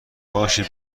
باشه